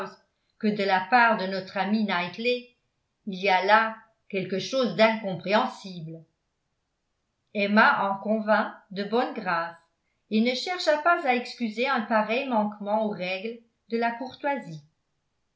que de la part de notre ami knightley il y a là quelque chose d'incompréhensible emma en convint de bonne grâce et ne chercha pas à excuser un pareil manquement aux règles de la courtoisie